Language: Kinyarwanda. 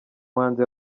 muhanzi